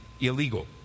illegal